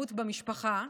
באלימות במשפחה,